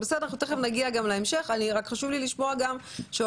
תכף נגיע להמשך אבל חשוב לי לשמוע את עמדות